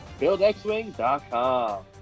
BuildXWing.com